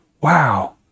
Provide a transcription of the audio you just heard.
Wow